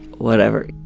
whatever.